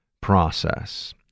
process